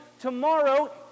tomorrow